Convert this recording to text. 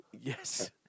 Yes